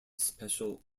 special